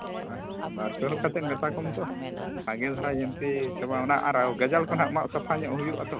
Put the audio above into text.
ᱦᱳᱭ ᱵᱟᱨ ᱯᱮ ᱦᱚᱲ ᱠᱟᱛᱮᱫ ᱢᱮᱛᱟ ᱠᱚᱢ ᱛᱚ ᱵᱷᱟᱜᱮ ᱫᱷᱟᱨᱟ ᱧᱮᱞᱛᱮ ᱪᱟᱵᱟᱜ ᱚᱱᱟ ᱟᱨᱟᱣ ᱜᱟᱡᱟᱲ ᱠᱚ ᱱᱟᱦᱟᱜ ᱢᱟᱜ ᱥᱟᱯᱷᱟ ᱧᱚᱜ ᱦᱩᱭᱩᱜᱼᱟ ᱟᱛᱚ